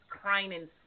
crying